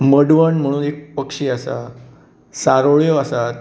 मडवण म्हणून एक पक्षी आसा सारोळ्यो आसात